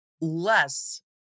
less